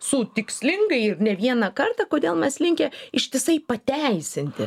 su tikslingai ne vieną kartą kodėl mes linkę ištisai pateisinti